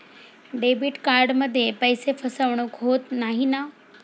Debit कार्डमध्ये पैसे फसवणूक होत नाही ना?